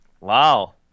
Wow